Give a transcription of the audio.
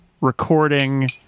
recording